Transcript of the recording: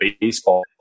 baseball